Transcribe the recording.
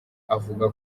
avuga